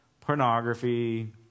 pornography